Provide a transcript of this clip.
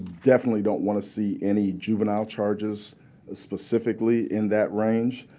definitely don't want to see any juvenile charges specifically in that range.